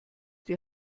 die